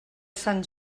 sant